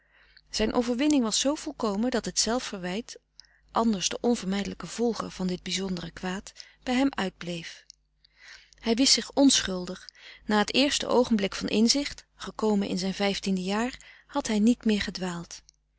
zijn overwinning was zoo volkomen dat het zelfverwijt anders de onvermijdelijke volger van dit bizondere kwaad bij hem uitbleef hij wist zich onschuldig na het eerste oogenblik van inzicht gekomen in zijn frederik van eeden van de koele meren des doods vijftiende jaar had hij niet meer gedwaald